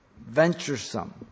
venturesome